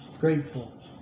grateful